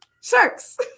Sharks